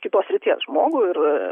kitos sryties žmogų ir